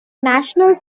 national